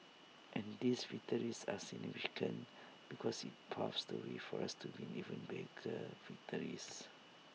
and these victories are significant because IT paves the way for us to win even bigger victories